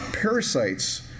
Parasites